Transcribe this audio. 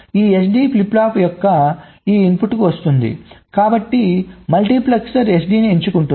ఈ SD flip flop యొక్క ఈ ఇన్పుట్కు వస్తుంది కాబట్టి మల్టీప్లెక్సర్ SD ని ఎంచుకుంటుంది